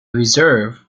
reserve